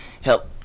Help